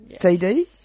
CD